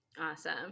Awesome